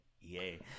yay